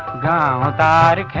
da da da